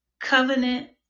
Covenant